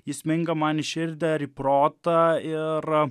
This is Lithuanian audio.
įsminga man į širdį ar į protą ir